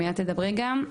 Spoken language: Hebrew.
מיד תדברי גם.